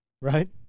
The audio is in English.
right